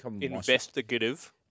Investigative